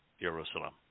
Jerusalem